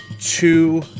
two